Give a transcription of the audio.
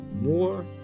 more